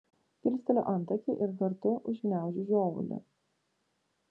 kilsteliu antakį ir kartu užgniaužiu žiovulį